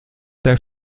der